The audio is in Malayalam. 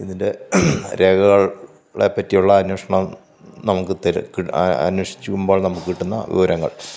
ഇതിന്റെ രേഖകളെ പറ്റിയുള്ള അന്വേഷണം നമുക്ക് തര് കി അന്വേഷ്ച്ചുമ്പോള് നമുക്ക് കിട്ടുന്ന വിവരങ്ങള്